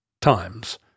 times